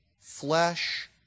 flesh